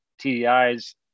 TDIs